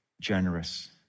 generous